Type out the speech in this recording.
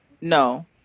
No